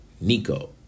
Nico